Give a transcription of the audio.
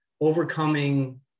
overcoming